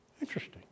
Interesting